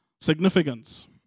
significance